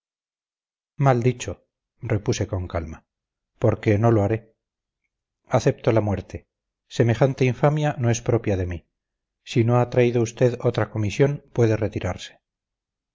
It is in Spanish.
mal dicho repuse con calma porque no lo haré acepto la muerte semejante infamia no es propia de mí si no ha traído usted otra comisión puede retirarse